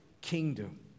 kingdom